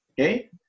Okay